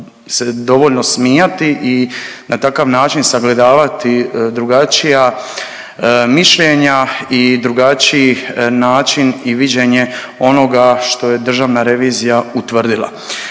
dovoljno smijati i na takav način sagledavati drugačija mišljenja i drugačiji način i viđenje onoga što je državna revizija utvrdila.